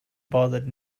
bothered